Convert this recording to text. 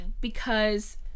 because-